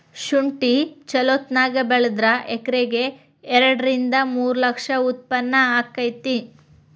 ಸುಂಠಿ ಚಲೋತಗೆ ಬೆಳದ್ರ ಎಕರೆಕ ಎರಡ ರಿಂದ ಮೂರ ಲಕ್ಷ ಉತ್ಪನ್ನ ಅಕೈತಿ